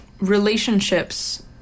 relationships